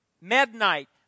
Midnight